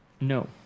No